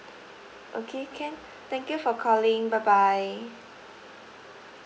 okay can thank you for calling bye bye